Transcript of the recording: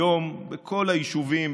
היום בכל היישובים,